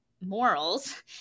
morals